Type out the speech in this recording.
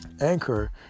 anchor